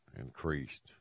increased